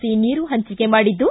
C ನೀರು ಹಂಚಿಕೆ ಮಾಡಿದ್ದು